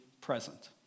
present